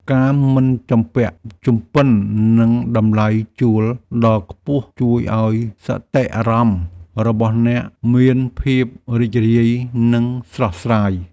ការមិនជំពាក់ជំពិននឹងតម្លៃជួលដ៏ខ្ពស់ជួយឱ្យសតិអារម្មណ៍របស់អ្នកមានភាពរីករាយនិងស្រស់ស្រាយ។